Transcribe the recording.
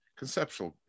conceptual